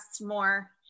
more